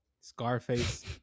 Scarface